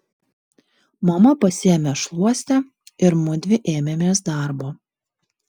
mama pasiėmė šluostę ir mudvi ėmėmės darbo